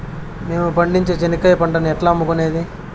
మేము పండించే చెనక్కాయ పంటను ఎట్లా అమ్ముకునేది?